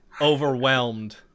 Overwhelmed